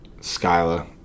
Skyla